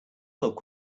look